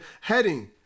heading